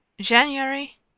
January